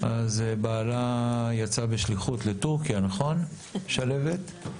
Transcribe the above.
בעלה יצא בשליחות לטורקיה, נכון, שלהבת?